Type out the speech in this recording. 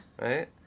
Right